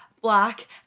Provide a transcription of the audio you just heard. black